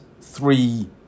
three